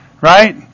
right